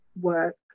work